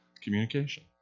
communication